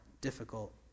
difficult